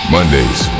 Mondays